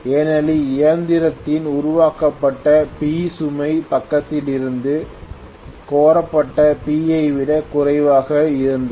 ஏனெனில் இயந்திரத்தால் உருவாக்கப்பட்ட P சுமை பக்கத்திலிருந்து கோரப்பட்ட P ஐ விட குறைவாக இருந்தது